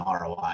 ROI